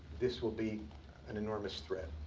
this will be an enormous threat.